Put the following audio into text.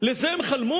על זה הם חלמו?